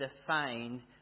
defined